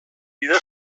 bidez